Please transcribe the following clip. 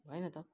होइन त